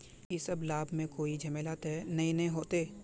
इ सब लाभ में कोई झमेला ते नय ने होते?